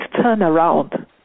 turnaround